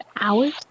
Hours